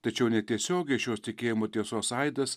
tačiau netiesiogiai šios tikėjimo tiesos aidas